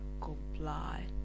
comply